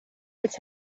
als